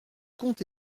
comte